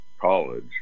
college